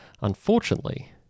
unfortunately